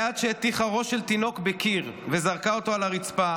סייעת שהטיחה ראש של תינוק בקיר וזרקה אותו על הרצפה